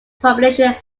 population